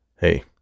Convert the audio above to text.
Hey